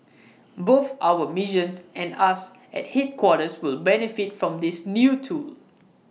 both our missions and us at headquarters will benefit from this new tool